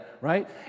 right